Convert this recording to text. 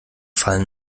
fallen